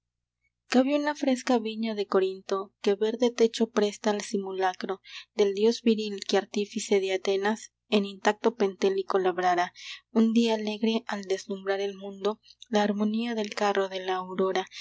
cabe una fresca viña de corinto que verde techo presta al simulacro del dios viril que artífice de atenas en intacto pentélico labrara un día alegre al deslumbrar el mundo la harmonía del carro de la aurora